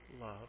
love